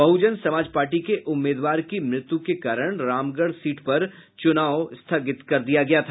बहुजन Samaj party के उम्मीदवार की मृत्यु के कारण रामगढ़ सीट पर चुनाव स्थगित कर दिया गया था